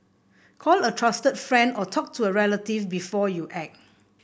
call a trusted friend or talk to a relative before you act